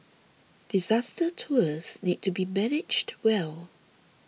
disaster tours need to be managed well